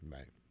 Right